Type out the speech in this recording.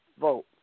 vote